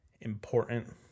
important